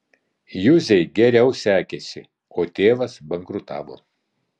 juzei geriau sekėsi o tėvas bankrutavo